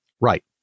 Right